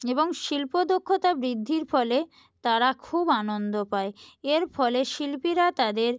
এবং শিল্প দক্ষতা বৃদ্ধির ফলে তারা খুব আনন্দ পায় এর ফলে শিল্পীরা তাদের